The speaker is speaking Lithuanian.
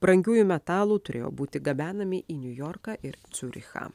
brangiųjų metalų turėjo būti gabenami į niujorką ir ciurichą